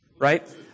right